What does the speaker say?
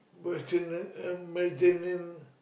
Westerner and Mediterranean